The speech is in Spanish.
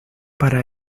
para